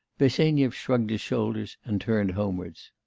bersenyev shrugged his shoulders and turned homewards.